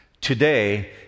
Today